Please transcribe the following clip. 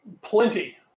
plenty